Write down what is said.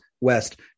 West